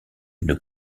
une